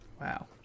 Wow